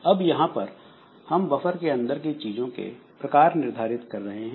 अब यहां पर हम बफर के अंदर की चीज़ों के प्रकार निर्धारित कर रहे हैं